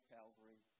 Calvary